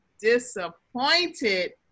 disappointed